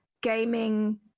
gaming